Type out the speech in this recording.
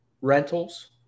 rentals